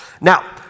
Now